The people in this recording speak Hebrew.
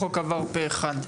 החוק עבר פה אחד.